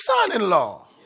son-in-law